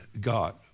God